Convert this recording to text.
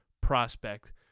prospect